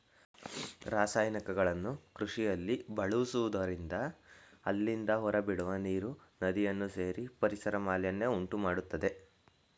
ರಾಸಾಯನಿಕಗಳನ್ನು ಕೃಷಿಯಲ್ಲಿ ಬಳಸುವುದರಿಂದ ಅಲ್ಲಿಂದ ಹೊರಬಿಡುವ ನೀರು ನದಿಯನ್ನು ಸೇರಿ ಪರಿಸರ ಮಾಲಿನ್ಯವನ್ನು ಉಂಟುಮಾಡತ್ತದೆ